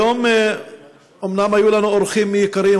היום אומנם היו לנו אורחים יקרים,